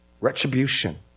retribution